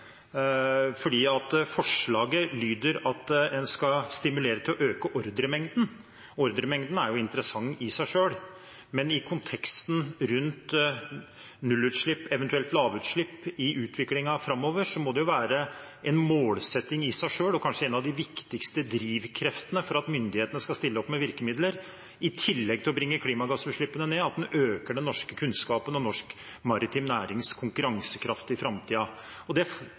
Forslaget lyder at en skal «stimulere til å øke ordremengden». Ordremengden er jo interessant i seg selv, men i konteksten rundt nullutslipp, eventuelt lavutslipp, i utviklingen framover må det være en målsetting i seg selv og kanskje en av de viktigste drivkreftene for at myndighetene skal stille opp med virkemidler, i tillegg til å bringe klimagassutslippene ned, at en øker den norske kunnskapen om norsk maritim nærings konkurransekraft i framtiden. Det